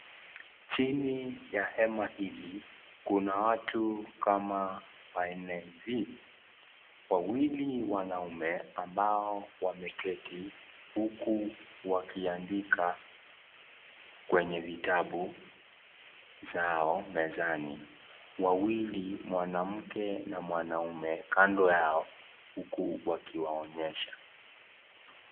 Chini ya hema hili kuna watu kama wanne hivi, wawili wanaume ambao wameketi huku wakiandika kwenye vitabu zao mezani, wawili mwanamke na mwanaume kando yao huku wakiwaonyesha.